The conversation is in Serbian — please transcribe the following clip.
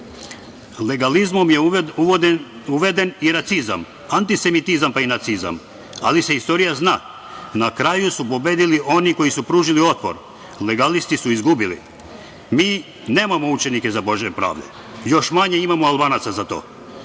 legalizmom je uveden i racizam, antisemitizam, pa i nacizam, ali se istorija zna. Na kraju su pobedili oni koji su pružili otpor. Legalisti su izgubili. Mi nemamo učenike za „Bože pravde“, još manje imamo Albanaca za to.